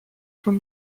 from